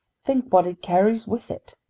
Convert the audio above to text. think what it carries with it!